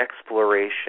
exploration